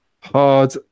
hard